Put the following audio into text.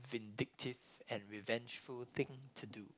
vindictive and revengeful thing to do